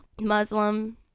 Muslim